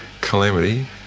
calamity